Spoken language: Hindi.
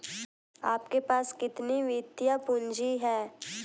आपके पास कितनी वित्तीय पूँजी है?